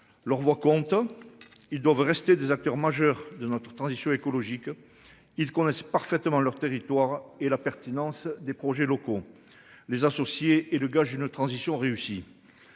Leur voix contents. Ils doivent rester des acteurs majeurs de notre transition écologique. Il connaissait parfaitement leur territoire et la pertinence des projets locaux, les associés, et le gage d'une transition réussie.